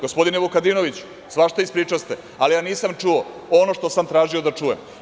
Gospodine Vukadinoviću, svašta ispričaste, ali ja nisam čuo ono što sam tražio da čujem.